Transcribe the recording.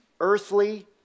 earthly